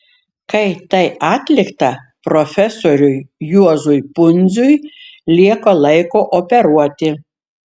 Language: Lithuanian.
kai tai atlikta profesoriui juozui pundziui lieka laiko operuoti